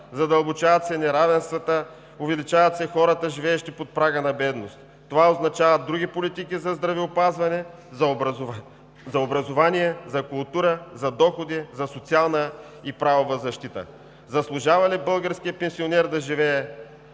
Задълбочават се неравенствата, увеличават се хората, живеещи под прага на бедност. Това означава други политики за здравеопазване, за образование, за култура, за доходи, за социална и правова защита. Заслужава ли българският пенсионер да живее